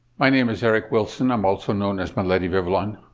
my name is eric wilson, i'm also known as meleti vivlon,